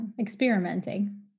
Experimenting